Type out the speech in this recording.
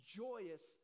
joyous